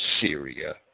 Syria